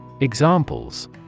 Examples